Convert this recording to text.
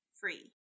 free